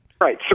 Right